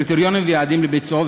קריטריונים ויעדים לביצועו,